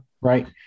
right